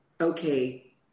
okay